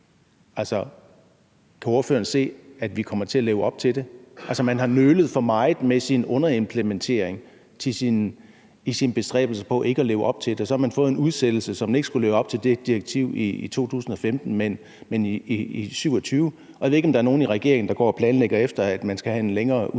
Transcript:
Kan ordføreren se, at vi kommer til at leve op til det? Altså, man har nølet for meget med sin underimplementering i sine bestræbelser på ikke at leve op til det, og så har man fået en udsættelse, så man ikke skulle leve op til det direktiv i 2015, men i 2027. Jeg ved ikke, om der er nogen i regeringen, der går og planlægger efter, at man skal have en længere udsættelse.